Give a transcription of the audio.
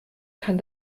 kann